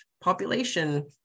population